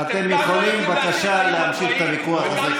אתם יכולים בבקשה להמשיך את הוויכוח הזה,